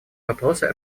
вопросы